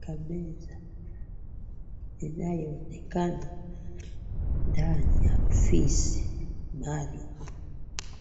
kwa meza inayoonekana ndani ya ofisi maalum.